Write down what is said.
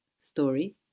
story